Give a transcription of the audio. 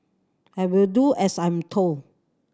I will do as I'm told